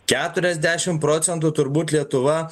keturiasdešimt procentų turbūt lietuva